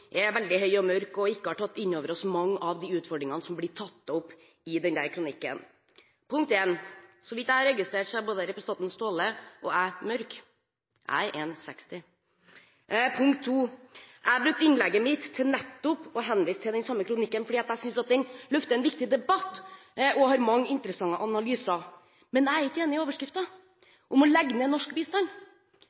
kronikken. Punkt 1: Så vidt jeg har registrert, er både representanten Staahle og jeg mørke. Jeg er 1,60. Punkt 2: Jeg brukte innlegget mitt til å henvise til den samme kronikken, fordi jeg synes den løfter en viktig debatt og har mange interessante analyser. Men jeg er ikke enig i overskriften, om å legge ned norsk bistand.